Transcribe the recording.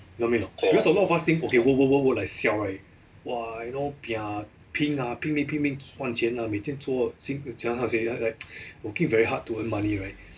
you know me or not because a lot of us think okay work work work work like siao right !wah! you know pia 拼啊拼命拼命赚钱啊每天做辛怎样 how to say ya like like working very hard to earn money right